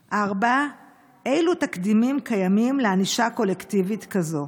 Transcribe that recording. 4. אילו תקדימים קיימים לענישה קולקטיבית כזו?